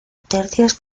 tercios